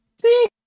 See